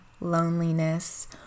loneliness